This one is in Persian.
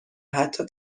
حتی